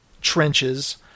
trenches